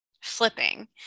flipping